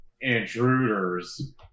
intruders